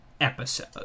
episode